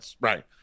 Right